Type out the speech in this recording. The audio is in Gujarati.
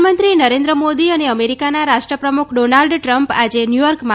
પ્રધાનમંત્રી નરેન્દ્ર મોદી અને અમેરિકાના રાષ્ટ્ર પ્રમુખ ડોનાલ્ડ ટ્રમ્પ આજે ન્યૂચોર્કમાં